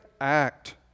act